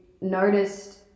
noticed